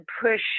push